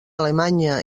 alemanya